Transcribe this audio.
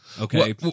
Okay